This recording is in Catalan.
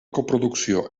coproducció